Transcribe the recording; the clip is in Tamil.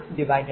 00